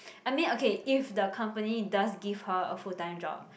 I mean okay if the company does give her a full time job